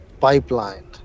pipeline